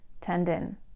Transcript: tendon